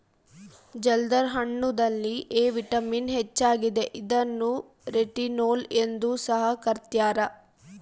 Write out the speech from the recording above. ಜಲ್ದರ್ ಹಣ್ಣುದಲ್ಲಿ A vitamin ಹೆಚ್ಚಾಗಿದೆ ಇದನ್ನು ರೆಟಿನೋಲ್ ಎಂದು ಸಹ ಕರ್ತ್ಯರ